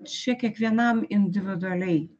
čia kiekvienam individualiai